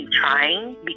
trying